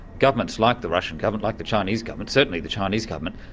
governments like the russian government, like the chinese government, certainly the chinese government,